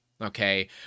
okay